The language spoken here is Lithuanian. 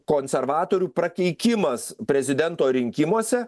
konservatorių prakeikimas prezidento rinkimuose